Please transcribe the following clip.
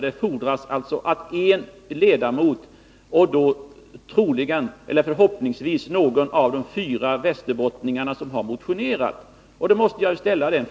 Det fordras alltså att en borgerlig ledamot, och då förhoppningsvis någon av de fyra västerbottningar som har motionerat, biträder förslaget.